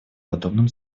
подобным